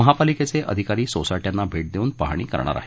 महापालिकेचे अधिकारी सोसायटयांना भेट देऊन पाहणी करणार आहेत